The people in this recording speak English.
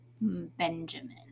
benjamin